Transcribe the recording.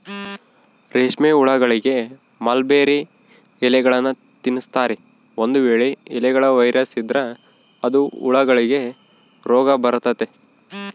ರೇಷ್ಮೆಹುಳಗಳಿಗೆ ಮಲ್ಬೆರ್ರಿ ಎಲೆಗಳ್ನ ತಿನ್ಸ್ತಾರೆ, ಒಂದು ವೇಳೆ ಎಲೆಗಳ ವೈರಸ್ ಇದ್ರ ಅದು ಹುಳಗಳಿಗೆ ರೋಗಬರತತೆ